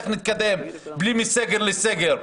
איך נתקדם בלי סגר לסגר.